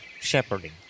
shepherding